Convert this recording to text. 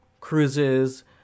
cruises